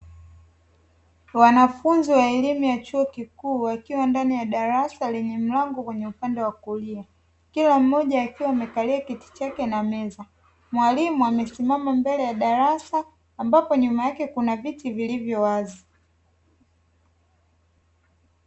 Wanafunzi wa elimu ya chuo kikuu wakiwa ndani ya darasa lenye mlango kwenye upande wa kulia, kila mmoja akiwa amekalia kiti chake na meza mwalimu amesimama mbele ya darasa ambapo nyuma yake kuna viti vilivyo wazi